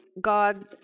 god